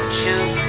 shoot